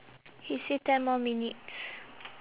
he say ten more minutes